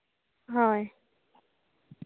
ᱦᱳᱭ